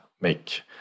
make